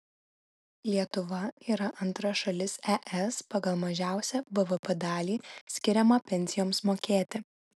lietuva yra antra šalis es pagal mažiausią bvp dalį skiriamą pensijoms mokėti